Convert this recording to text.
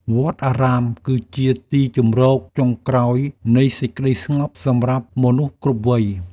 វត្តអារាមគឺជាទីជម្រកចុងក្រោយនៃសេចក្តីស្ងប់សម្រាប់មនុស្សគ្រប់វ័យ។